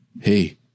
Hey